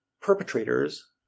perpetrators